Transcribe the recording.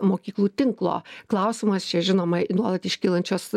mokyklų tinklo klausimas čia žinoma į nuolat iškylančias